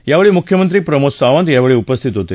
यावेळी मुख्यमंत्री प्रमोद सावंत यावेळी उपस्थित होते